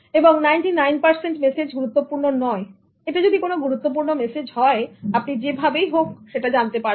এবং 99 percent message গুরুত্বপূর্ণ নয় এবং এটা যদি কোনো গুরুত্বপূর্ণ মেসেজ হয় আপনি যেভাবেই হোক জানবেন